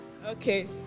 Okay